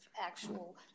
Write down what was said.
actual